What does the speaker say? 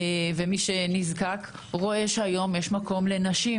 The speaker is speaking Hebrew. ומי שנזקק רואה שהיום יש מקום לנשים,